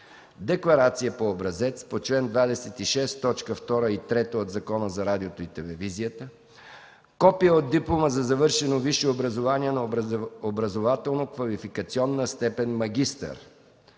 декларация (по образец) по чл. 26, т. 2 и 3 от Закона за радиото и телевизията; - копие от диплома за завършено висше образование на образователно-квалификационна степен „магистър”;